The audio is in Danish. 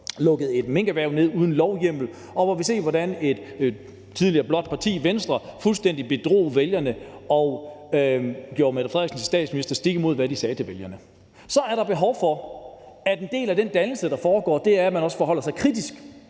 lukkede et minkerhverv ned uden lovhjemmel; og når vi har set, hvordan et tidligere blåt parti, Venstre, fuldstændig bedrog vælgerne og gjorde Mette Frederiksen til statsminister, stik imod hvad de sagde til vælgerne. Så er der behov for, at en del af den dannelse, der foregår, er, at man også forholder sig kritisk